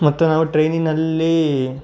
ಮತ್ತು ನಾವು ಟ್ರೈನಿನಲ್ಲಿ